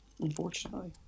Unfortunately